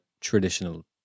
traditional